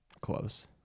Close